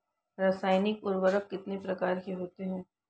रासायनिक उर्वरक कितने प्रकार के होते हैं?